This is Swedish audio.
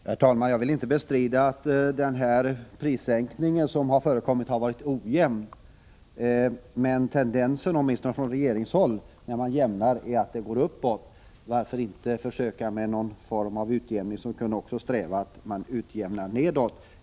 Herr talman! Jag vill inte bestrida att den prissänkning som förekommit har varit ojämnt fördelad. Men tendenserna när man skall utjämna har, åtminstone från regeringshåll, varit att göra det så att priserna går uppåt. Varför inte försöka med någon form av utjämning som kunde omfatta också en strävan att få dem att gå nedåt?